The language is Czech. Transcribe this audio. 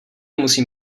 musím